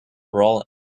brawl